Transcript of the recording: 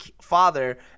father